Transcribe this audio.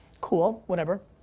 cool, whatever.